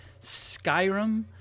Skyrim